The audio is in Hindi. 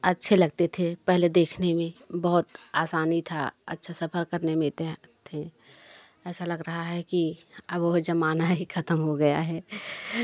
अच्छे लगते थे पहले देखने में बहुत आसानी था अच्छा सफ़र करने में तो थे ऐसा लग रहा है कि अब वह ज़माना ही ख़त्म हो गया है